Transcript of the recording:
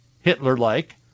Hitler-like